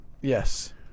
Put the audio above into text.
Yes